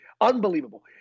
unbelievable